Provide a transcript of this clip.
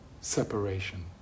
separation